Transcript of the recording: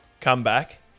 comeback